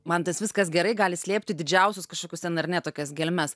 man tas viskas gerai gali slėpti didžiausius kažkokius ten dar ne tokias gelmes